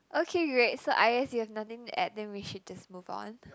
okay great so I guess you have nothing to add then we should just move on